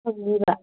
ꯐꯪꯅꯤꯕ